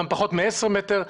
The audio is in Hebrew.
גם פחות מ-10 מטר.